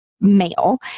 male